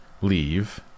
leave